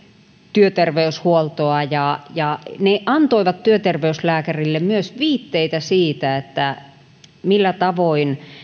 työterveyshuoltoa ja ja ne antoivat työterveyslääkärille myös viitteitä siitä millä tavoin